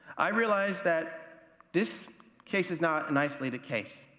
i realize that this case is not an isolated case.